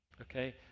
Okay